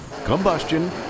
combustion